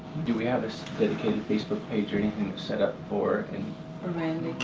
do we have a dedicated facebook page or anything set up for and randy?